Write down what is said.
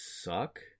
suck